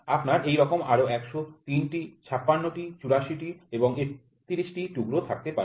আপনার এইরকম আরও ১০৩টি ৫৬টি ৪৮টি এবং ৩১টি টুকরো থাকতে পারে